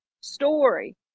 story